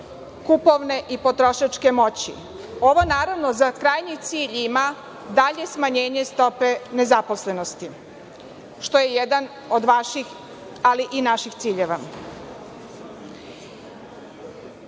kupovne i potrošačke moći. Ovo, naravno, za krajnji cilj ima dalje smanjenje stope nezaposlenosti, što je jedan od vaših, ali i naših ciljeva. Realni